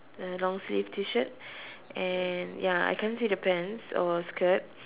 and long sleeve T shirt and ya I can't see the pants or skirt